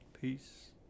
Peace